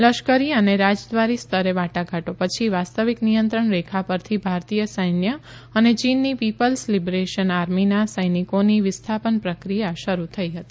લશ્કરી અને રાજદ્વારી સ્તરે વાટાઘાટો પછી વાસ્તવિક નિયંત્રણ રેખા પરથી ભારતીય સૈન્ય અને ચીનની પીપલ્સ લિબરેશન આર્મીના સૈનિકોની વિસ્થાપન પ્રક્રિયા શરુ થઇ હતી